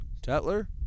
Tetler